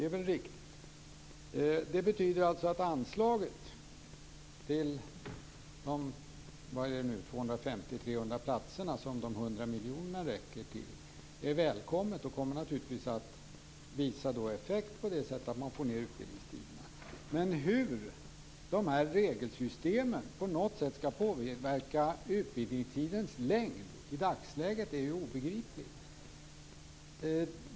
Det betyder alltså att anslaget till de 250-300 platserna eller vad det nu är som de 100 miljonerna räcker till, är välkommet. De kommer naturligtvis att ge effekt på det sättet att man får ned utbildningstiderna. Men hur de här regelsystemen på något sätt skall påverka utbildningstidens längd i dagsläget är ju obegripligt.